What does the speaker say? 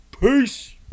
Peace